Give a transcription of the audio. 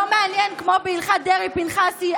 לא מעניין הלכת דרעי-פנחסי,